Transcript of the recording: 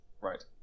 right